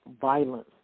violence